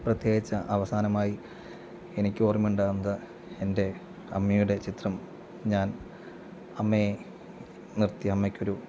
പ്രത്യേകിച്ച് അവസാനമായി എനിക്ക് ഓർമ ഉണ്ടാവുന്നത് എൻ്റെ അമ്മയുടെ ചിത്രം ഞാൻ അമ്മയെ നിർത്തി അമ്മയ്ക്കൊരു